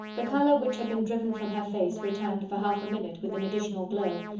the colour which had been driven from her face, returned for half a minute with an additional glow,